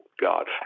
God